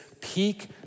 peak